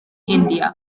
india